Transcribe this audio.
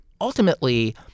ultimately